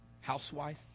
housewife